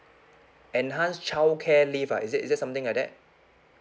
enhanced childcare leave ah is it is it something like that